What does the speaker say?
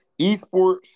esports